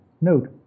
Note